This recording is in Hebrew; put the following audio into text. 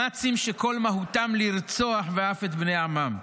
נאצים שכל מהותם לרצוח, ואף את בני עמם.